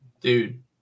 Dude